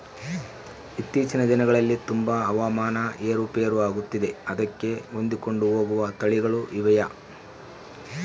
ಇತ್ತೇಚಿನ ದಿನಗಳಲ್ಲಿ ತುಂಬಾ ಹವಾಮಾನ ಏರು ಪೇರು ಆಗುತ್ತಿದೆ ಅದಕ್ಕೆ ಹೊಂದಿಕೊಂಡು ಹೋಗುವ ತಳಿಗಳು ಇವೆಯಾ?